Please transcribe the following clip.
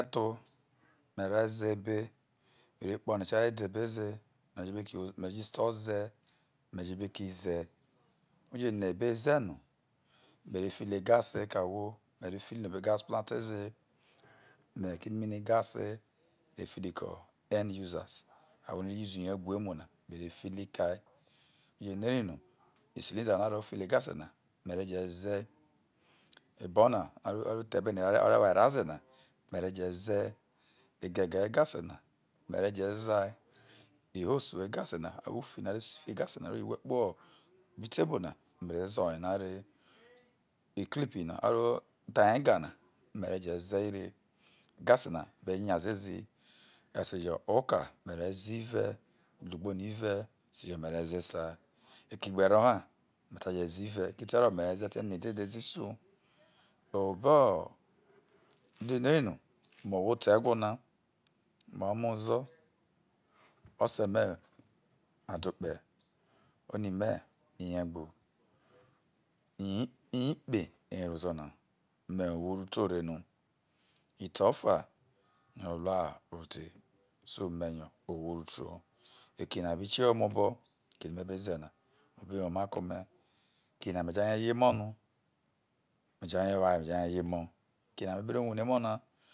Eki mere tho mere ze ebe me re kpo oni cha ye de ebe ze me jo obo eki mejo isito ze me jo obo eki ze u je no ebe ze no me re fili no obo egab plant ze, me ko mini gase me fili ko end users ahwo no a re yuzu ye gremu na me re fi li kai, oje no e ri no isilida no aro fili egese na me re je ze, ebona no aro the ebe na no ore wa era ze na me re je ze egege egase na me re je zai ihosu egase na ufi no ase fi egase na re we kpoho obo tebo na me re ze oyena re, ikilipi no aro thaye ga na mu re je ze ra, egase na be nya ziezi esejo oka me re ze ire ilogbo na ire esejo mere ze esa ekigbero ha me re sai je ze ire, eki te ro me re sa je ze ene dede me re je ze iso, obo no uje ho eri no me owho oto egwo na me omo ozo ose me adokpe oni me iye egbo iye ikpe eye ro ozo na me ohwo uruto reno, ite ofa yo olua ide so me yo ohwo uruto, eki na bi kie ho ome obo eki no me be ze na obi woma ke ome eki no me ja ye emo no me ja ye wo aye me ja ye, emo eki na me bi ro wune emo na